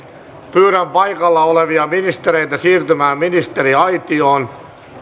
pyydän paikalla olevia ministereitä siirtymään ministeriaitioon